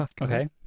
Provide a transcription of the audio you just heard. Okay